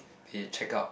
they check up